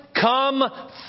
come